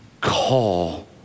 call